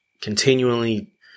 continually